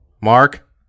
Mark